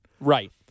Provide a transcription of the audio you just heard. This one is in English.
Right